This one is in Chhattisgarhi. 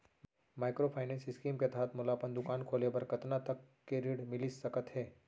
माइक्रोफाइनेंस स्कीम के तहत मोला अपन दुकान खोले बर कतना तक के ऋण मिलिस सकत हे?